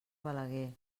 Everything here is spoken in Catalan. balaguer